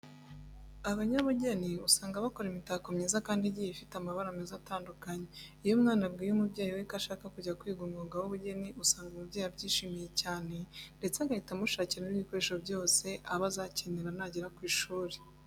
Abanyabugeni usanga bakora imitako myiza kandi igiye ifite amabara meza atandukanye. Iyo umwana abwiye umubyeyi we ko ashaka kujya kwiga umwuga w'ubugeni, usanga umubyeyi abyishimiye cyane ndetse agahita amushakira n'ibikoresho byose aba azakenera nagera ku ishuri.